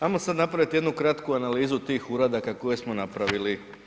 Ajmo sada napraviti jednu kratku analizu tih uradaka koje smo napravili.